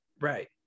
right